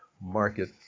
market